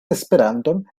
esperanton